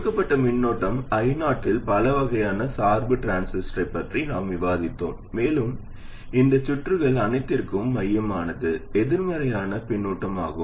கொடுக்கப்பட்ட மின்னோட்டம் I0 இல் பலவகையான சார்பு டிரான்சிஸ்டரைப் பற்றி நாம் விவாதித்தோம் மேலும் இந்த சுற்றுகள் அனைத்திற்கும் மையமானது எதிர்மறையான பின்னூட்டமாகும்